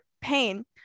pain